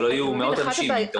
שלא יהיו מאות אנשים עם טעות.